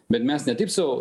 bet mes ne taip sau